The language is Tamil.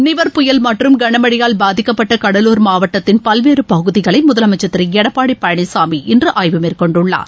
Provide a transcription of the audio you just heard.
நிவர் புயல் மற்றும் கனமழையால் பாதிக்கப்பட்ட கடலூர் மாவட்டத்தின் பல்வேறு பகுதிகளை முதலமைச்சர் திரு எடப்பாடி பழனிசாமி இன்று ஆய்வு மேற்கொண்டுள்ளார்